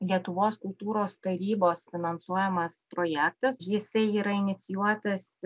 lietuvos kultūros tarybos finansuojamas projektas jisai yra inicijuotas